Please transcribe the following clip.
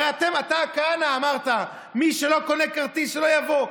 הרי אתה, כהנא, אמרת שמי שלא קונה כרטיס שלא יבוא.